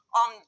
on